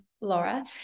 laura